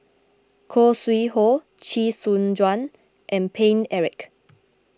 Khoo Sui Hoe Chee Soon Juan and Paine Eric